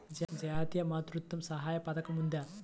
జాతీయ మాతృత్వ సహాయ పథకం ఉందా?